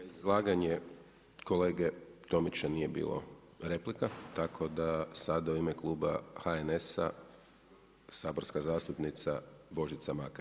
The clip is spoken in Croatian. Na izlaganje kolege Tomića nije bilo replika, tako da sada u ime kluba HNS-a saborska zastupnica Božica Makar.